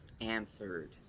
answered